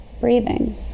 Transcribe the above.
breathing